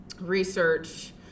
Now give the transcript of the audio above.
research